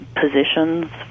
positions